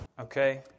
Okay